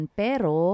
pero